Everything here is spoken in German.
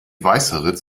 weißeritz